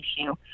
issue